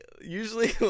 usually